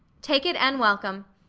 take it an' welcome.